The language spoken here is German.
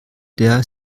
der